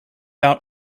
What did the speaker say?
out